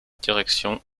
direction